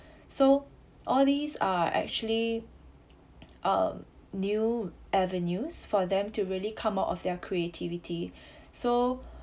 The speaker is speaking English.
so all these are actually um new avenues for them to really come out of their creativity so